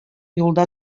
юлда